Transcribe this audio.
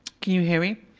you hear me?